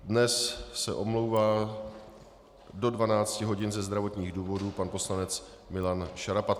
Dnes se omlouvá do 12 hodin ze zdravotních důvodů pan poslanec Milan Šarapatka.